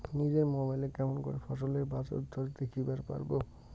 নিজের মোবাইলে কেমন করে ফসলের বাজারদর দেখিবার পারবো?